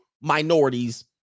minorities